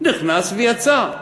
נכנס ויצא.